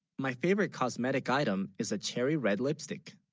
my, favorite cosmetic item is a cherry red, lipstick